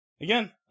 again